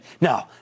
No